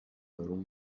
یارو